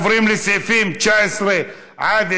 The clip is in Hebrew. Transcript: אנחנו מצביעים על סעיף 18 בנפרד,